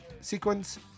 sequence